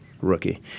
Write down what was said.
rookie